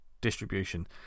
distribution